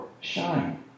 shine